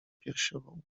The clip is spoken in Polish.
piersiową